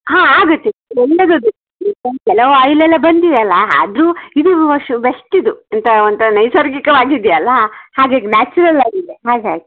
ಹಾಂ ಆಗತ್ತೆ ಒಳ್ಳೆಯದದು ಕೆಲವು ಆಯ್ಲ್ ಎಲ್ಲ ಬಂದಿದೆ ಅಲ್ಲಾ ಅದು ಇದು ವಶು ಬೆಸ್ಟ್ ಇದು ಅಂತ ಅಂತ ನೈಸರ್ಗಿಕವಾಗಿದೆಯಲ್ಲಾ ಹಾಗಾಗಿ ನ್ಯಾಚುರಲ್ ಆಗಿದೆ ಹಾಗಾಗಿ